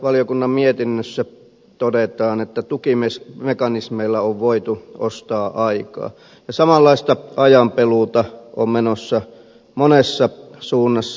valtiovarainvaliokunnan mietinnössä todetaan että tukimekanismeilla on voitu ostaa aikaa ja samanlaista ajanpeluuta on menossa monessa suunnassa